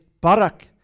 barak